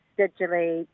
digitally